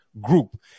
group